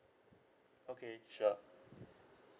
okay sure